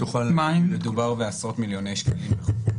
מדובר בעשרות מיליוני שקלים בחודש.